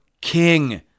king